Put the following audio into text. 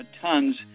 tons